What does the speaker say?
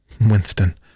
Winston